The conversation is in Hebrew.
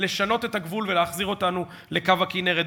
לשנות את הגבול ולהחזיר אותנו לקו הכינרת.